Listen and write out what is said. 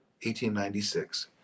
1896